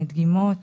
דגימות